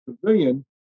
civilian